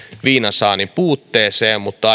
viinan saannin puutteeseen mutta